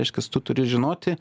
reiškias tu turi žinoti